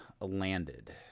Landed